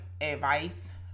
advice